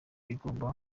igomba